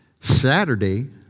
Saturday